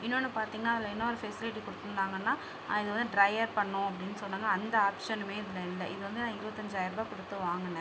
இன்னொன்று பார்த்தீங்கனா அதில் இன்னொரு ஃபெசிலிட்டி கொடுத்துருந்தாங்கன்னா அதுவே ட்ரையர் பண்ணும் அப்படின்னு சொன்னாங்க அந்த ஆப்ஷனுமே இதில் இல்லை இது வந்து நான் இருவத்தஞ்சாயரரூபா கொடுத்து வாங்கினேன்